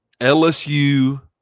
LSU